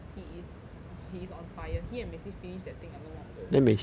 he is !wah! he is on fire he and mei qi finish that thing a long long ago